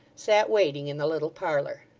sat waiting in the little parlour.